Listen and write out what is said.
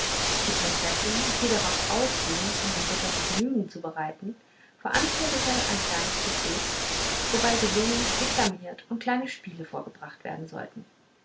die prinzessin die darauf ausging ihrem ritter vergnügungen zu bereiten veranstaltete ein kleines souper wobei gesungen deklamiert und kleine spiele vorgebracht werden sollten